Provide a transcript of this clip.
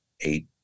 eight